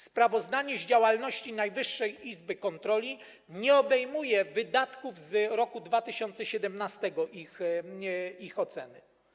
Sprawozdanie z działalności Najwyższej Izby Kontroli nie obejmuje wydatków z roku 2017, ich oceny.